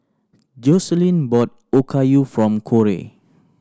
Jocelynn bought Okayu from Korey